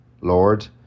Lord